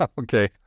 Okay